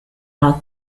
are